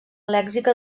lèxica